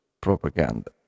propaganda